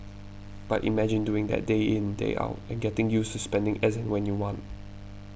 but imagine doing that day in day out and getting used to spending as and when you want